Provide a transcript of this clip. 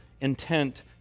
intent